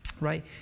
right